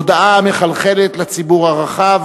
תודעה המחלחלת לציבור הרחב,